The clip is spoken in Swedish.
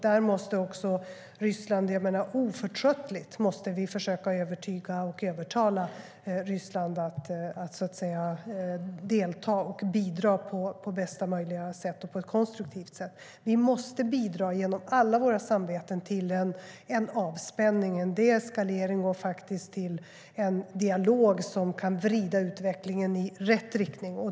Där måste vi oförtröttligt försöka övertyga och övertala Ryssland att delta och bidra på bästa möjliga sätt och på ett konstruktivt sätt. Vi måste bidra genom alla våra samveten till en avspänning, till en deskalering och faktiskt till en dialog som kan vrida utvecklingen i rätt riktning.